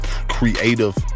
creative